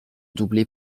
doublée